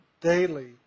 daily